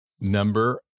Number